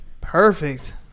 Perfect